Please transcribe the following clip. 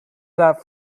that